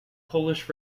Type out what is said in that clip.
polish